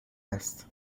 است